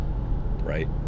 right